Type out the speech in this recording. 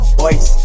boys